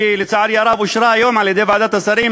שלצערי הרב אושרה היום על-ידי ועדת השרים